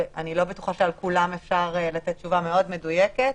שאני לא בטוחה שעל כולן אפשר לתת תשובה מאוד מדויקת,